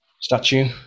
statue